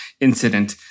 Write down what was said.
incident